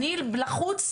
אני לחוץ,